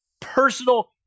personal